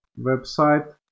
website